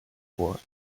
floor